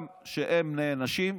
גם כשהם נענשים,